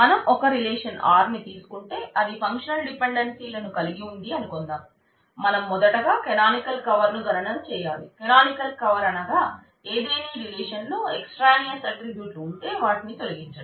మనం ఒక relation R ను తీసుకుంటే అది ఫంక్షనల్ డిపెండెన్సీ ఉంటే వాటిని తొలగించడం